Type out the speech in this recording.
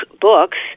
books